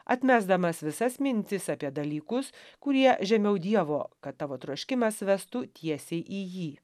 atmesdamas visas mintis apie dalykus kurie žemiau dievo kad tavo troškimas vestų tiesiai į jį